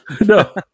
No